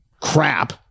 crap